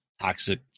Toxic